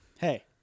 Hey